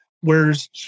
Whereas